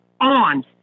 on